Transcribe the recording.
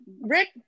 Rick